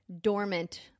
Dormant